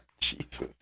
Jesus